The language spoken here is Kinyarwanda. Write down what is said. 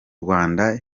rwanda